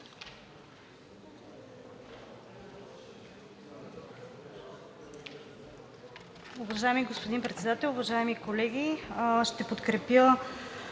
Уважаеми господин Председател, уважаеми колеги! Ще подкрепя